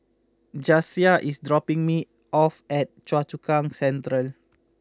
Jasiah is dropping me off at Choa Chu Kang Central